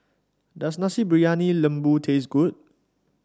does Nasi Briyani Lembu taste good